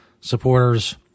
supporters